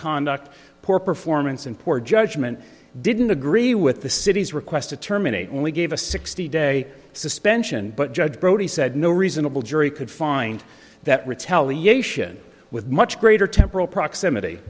conduct poor performance and poor judgment didn't agree with the city's request to terminate only gave a sixty day suspension but judge brody said no reasonable jury could find that retaliation with much greater temporal proximity